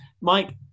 Mike